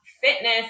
fitness